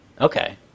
Okay